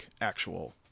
actual